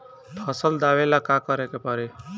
फसल दावेला का करे के परी?